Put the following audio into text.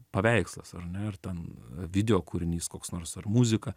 paveikslas ar ne ar ten videokūrinys koks nors ar muzika